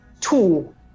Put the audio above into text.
Two